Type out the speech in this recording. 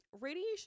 radiation